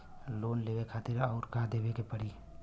Loan लेवे खातिर अउर का देवे के पड़ी?